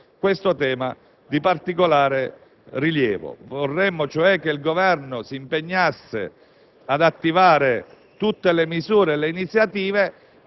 quest'attività di controllo a livello di Governo e dei Parlamenti nazionali, in tal modo unificando i controlli che vengono